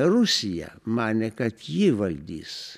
rusija manė kad ji valdys